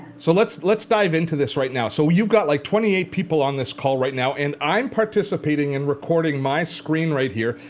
so let's let's dive into this right now. so you've got like twenty eight people on this call right now and i'm participating and recording my screen right here.